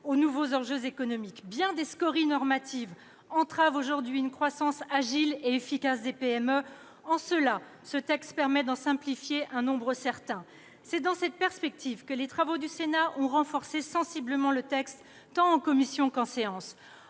aux nouveaux enjeux économiques. Bien des scories normatives entravent aujourd'hui une croissance agile et efficace des PME. Ce texte permet d'en simplifier un nombre certain. C'est dans cette perspective que les travaux du Sénat ont renforcé sensiblement le texte, tant en commission qu'en séance.